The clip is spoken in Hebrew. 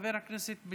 חבר הכנסת יריב לוין,